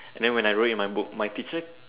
and then when I wrote in my book my teachers